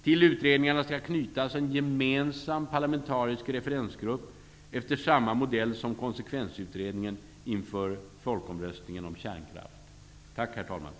Till utredningarna skall knytas en gemensam parlamentarisk referensgrupp efter samma modell som konsekvensutredningen inför folkomröstningen om kärnkraft. Tack, herr talman!